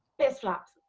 pissflaps.